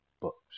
books